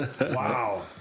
Wow